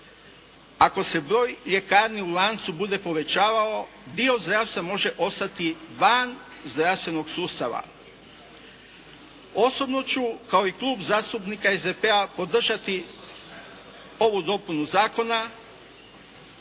Ako se broj ljekarni u lancu bude povećavao dio zdravstva može ostati van zdravstvenog sustava. Osobno ću kao i Klub zastupnika SDP-a podržati ovu dopunu zakona.